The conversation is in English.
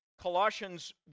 Colossians